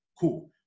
Cool